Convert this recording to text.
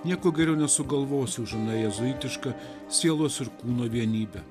nieko geriau nesugalvosi už aną jėzuitišką sielos ir kūno vienybę